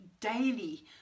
daily